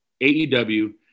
AEW